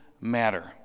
matter